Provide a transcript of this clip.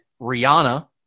Rihanna